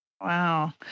Wow